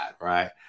right